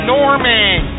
Norman